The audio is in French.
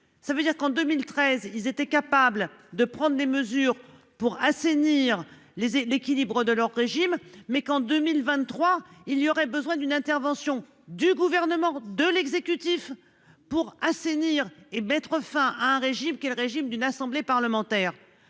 ça veut dire qu'en 2013 il était capable de prendre des mesures pour assainir les et l'équilibre de leur régime mais qu'en 2023 il y aurait besoin d'une intervention du gouvernement de l'exécutif pour assainir et mettre fin à un régime qui le régime d'une assemblée parlementaire.